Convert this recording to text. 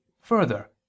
further